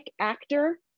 actor